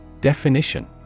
Definition